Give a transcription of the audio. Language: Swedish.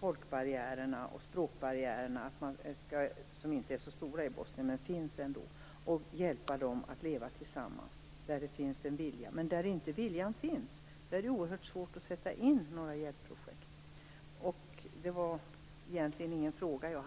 folkbarriärerna och språkbarriärerna, även om de inte är så stora i Bosnien men som finns ändå, och hjälper människorna att leva tillsammans där det finns en vilja. Men där viljan inte finns är det oerhört svårt att sätta in några hjälpprojekt. Jag hade egentligen inte någon fråga.